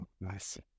nice